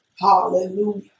hallelujah